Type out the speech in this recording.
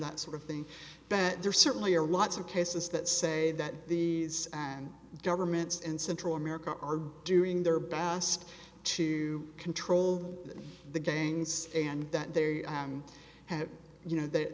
that sort of thing but there certainly are lots of cases that say that the governments and central america are doing their best to control the gangs and that there you have you know th